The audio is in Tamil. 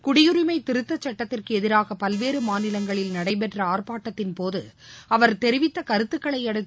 குடியுரிமை திருத்த சுட்டத்திற்கு எதிராக பல்வேறு மாநிலங்களில் நடைபெற்ற ஆர்ப்பாட்டத்தின்போது அவர் தெரிவித்த கருத்தக்களை அடுத்து